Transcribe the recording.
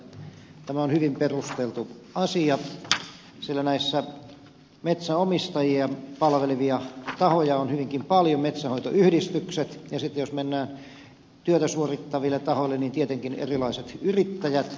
tämä on hyvin perusteltu asia sillä metsänomistajia palvelevia tahoja on hyvinkin paljon metsänhoitoyhdistykset ja sitten jos mennään työtä suorittaviin tahoihin niin tietenkin erilaiset yrittäjät metsäyrittäjät